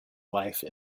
life